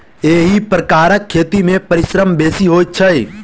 एहि प्रकारक खेती मे परिश्रम बेसी होइत छै